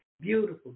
Beautiful